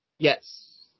Yes